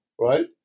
right